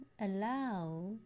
allow